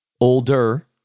older